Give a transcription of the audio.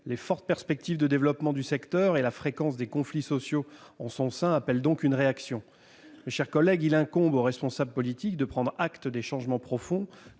Les fortes perspectives de développement du secteur et la fréquence des conflits sociaux en son sein appellent une réaction. Mes chers collègues, il incombe aux responsables politiques de prendre acte des changements profonds